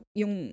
yung